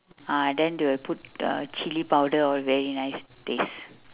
ah then they will put the chilli powder all very nice taste